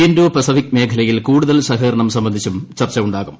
Indo Pacific മേഖലയിൽ കൂടുതൽ സഹകരണം സംബന്ധിച്ചും ചർച്ച ഉണ്ടാകും